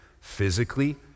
physically